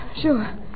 sure